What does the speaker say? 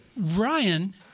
Ryan